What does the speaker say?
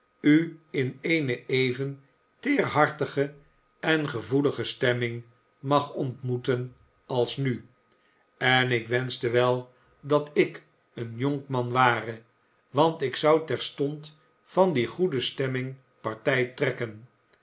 u in eene even teerhartige en gevoelige stemming mag ontmoeten als nu en ik wenschte wel dat ik een jonkman ware want ik zou terstond van die goede stemming partij trekken